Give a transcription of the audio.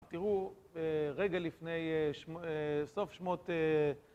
תראו, רגע לפני סוף שמות...